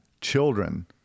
children